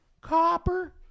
Copper